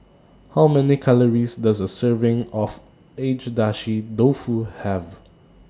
How Many Calories Does A Serving of Agedashi Dofu Have